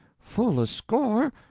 full a score.